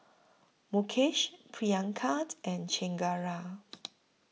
Mukesh Priyanka and Chengara